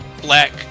black